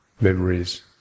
memories